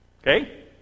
Okay